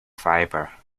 fibre